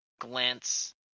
glance